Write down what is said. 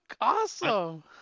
awesome